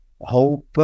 hope